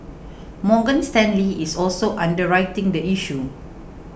Morgan Stanley is also underwriting the issue